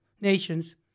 nations